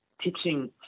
teaching